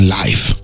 life